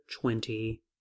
twenty